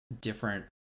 different